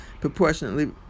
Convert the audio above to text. proportionately